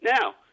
Now